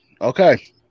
Okay